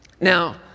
Now